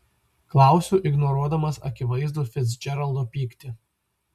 klausiu ignoruodamas akivaizdų ficdžeraldo pyktį